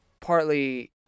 partly